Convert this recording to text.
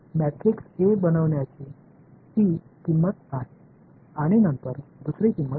matrix A बनवण्याची ती किंमत आहे आणि नंतर दुसरी किंमत आहे